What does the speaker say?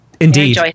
Indeed